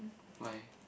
why